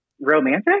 romantic